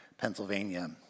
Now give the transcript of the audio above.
Pennsylvania